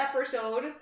episode